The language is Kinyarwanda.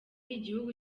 igihugu